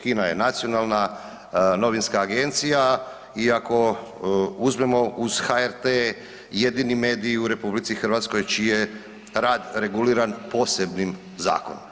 HINA je nacionalna novinska agencija i ako uzmemo uz HRT jedini mediji u RH čiji je rad reguliran posebnim zakonom.